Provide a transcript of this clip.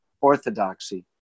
orthodoxy